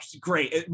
great